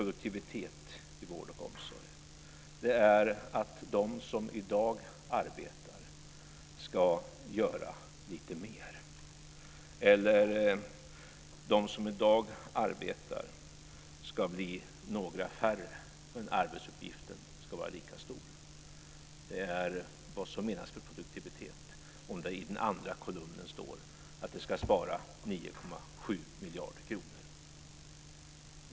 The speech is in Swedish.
Det innebär att de som i dag arbetar ska göra lite mer eller att de som i dag arbetar ska bli några färre men att arbetsuppgiften ska vara lika stor. Det är vad som menas med produktivitet om det i den andra kolumnen står att det ska sparas 9,7 miljarder kronor.